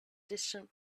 distant